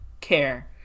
care